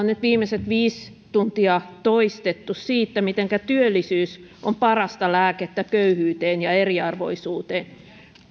on nyt viimeiset viisi tuntia toistettu siitä mitenkä työllisyys on parasta lääkettä köyhyyteen ja eriarvoisuuteen